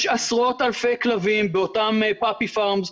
יש עשרות אלפי כלבים באותם חוות כלבים,